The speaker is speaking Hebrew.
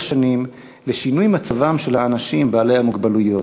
שנים לשינוי מצבם של האנשים בעלי המוגבלויות,